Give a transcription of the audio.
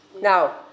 Now